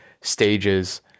stages